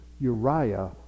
Uriah